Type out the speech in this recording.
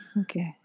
Okay